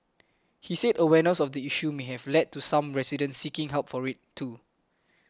he said awareness of the issue may have led to some residents seeking help for it too